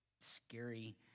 scary